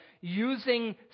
using